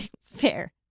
Fair